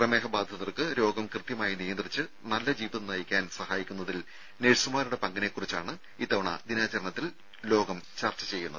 പ്രമേഹ ബാധിതർക്ക് രോഗം കൃത്യമായി നിയന്ത്രിച്ച് നല്ല ജീവിതം നയിക്കാൻ സഹായിക്കുന്നതിൽ നഴ്സുമാരുടെ പങ്കിനെക്കുറിച്ചാണ് ഇത്തവണ ദിനാചരണത്തിൽ ലോകം ചർച്ച ചെയ്യുന്നത്